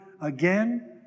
again